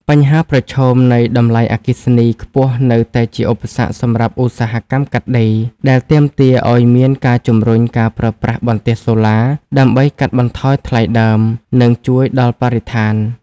បញ្ហាប្រឈមនៃតម្លៃអគ្គិសនីខ្ពស់នៅតែជាឧបសគ្គសម្រាប់ឧស្សាហកម្មកាត់ដេរ ដែលទាមទារឱ្យមានការជំរុញការប្រើប្រាស់បន្ទះសូឡាដើម្បីកាត់បន្ថយថ្លៃដើម និងជួយដល់បរិស្ថាន។